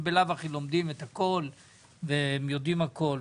הם בלאו הכי לומדים את הכול והם יודעים את הכול,